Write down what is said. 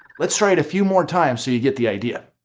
let's try it a few more times so you get the idea.